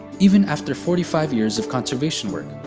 even after forty five years of conservation work,